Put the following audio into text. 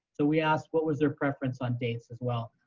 so we asked what was their preference on dates as well.